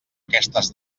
aquestes